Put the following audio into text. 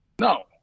No